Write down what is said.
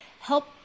Help